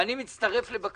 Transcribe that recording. ואני מצטרף לבקשתו,